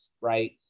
right